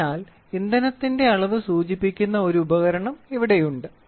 അതിനാൽ ഇന്ധനത്തിന്റെ അളവ് സൂചിപ്പിക്കുന്ന ഒരു ഉപകരണം ഇവിടെയുണ്ട്